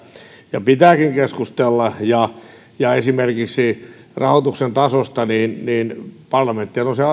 ja pitääkin keskustella ylestä ja esimerkiksi rahoituksen tasosta parlamenttihan on